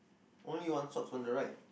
only one sock on the right